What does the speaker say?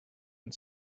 and